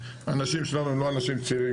האנשים שלנו הם לא אנשים צעירים,